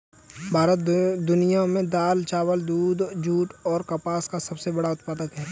भारत दुनिया में दाल, चावल, दूध, जूट और कपास का सबसे बड़ा उत्पादक है